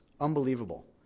unbelievable